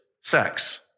sex